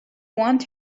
want